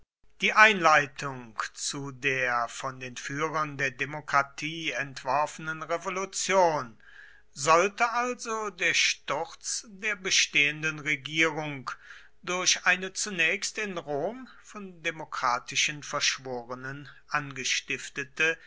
die einleitung zu der von den führern der demokratie entworfenen revolution sollte also der sturz der bestehenden regierung durch eine zunächst in rom von demokratischen verschworenen angestiftete